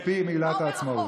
פי מגילת העצמאות.